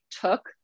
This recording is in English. took